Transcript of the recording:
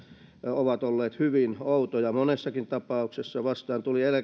ovat olleet hyvin outoja monessakin tapauksessa vastaan tuli